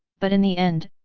but in the end,